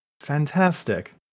Fantastic